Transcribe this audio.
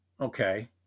Okay